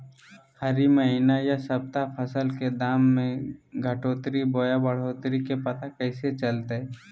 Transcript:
हरी महीना यह सप्ताह फसल के दाम में घटोतरी बोया बढ़ोतरी के पता कैसे चलतय?